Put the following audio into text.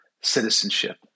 Citizenship